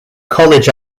college